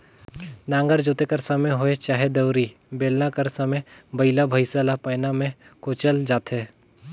नांगर जोते कर समे होए चहे दउंरी, बेलना कर समे बइला भइसा ल पैना मे कोचल जाथे